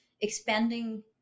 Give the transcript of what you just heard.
expanding